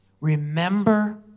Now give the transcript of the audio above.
Remember